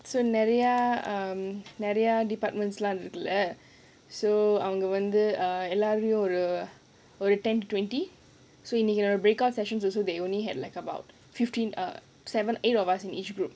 so நிறைய:niraiya um நிறைய:niraiya departments லாம் இருக்குல்ல:laam irukkula so அவங்க வந்து எல்லோரும் ஒரு:avanga vandhu ellorum oru around ten to twenty so in a breakout session also they only had like about fifteen err seven eight of us in each group